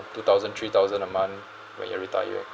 two thousand three thousand a month when you retire